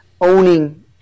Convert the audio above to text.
owning